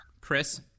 Chris